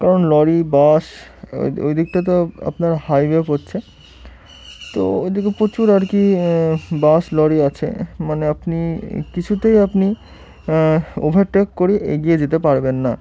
কারণ lorry bus ওই দিকটা তো আপনার হাইওয়ে পড়ছে তো ওইদিকে প্রচুর আর কি বাস লরি আছে মানে আপনি কিছুতেই আপনি ওভারটেক করে এগিয়ে যেতে পারবেন না